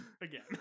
again